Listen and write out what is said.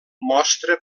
mostra